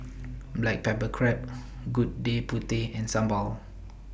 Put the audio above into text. Black Pepper Crab Gudeg Putih and Sambal